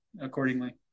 accordingly